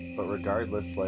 ah regardless,